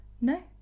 no